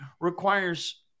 requires